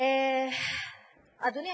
אדוני היושב-ראש,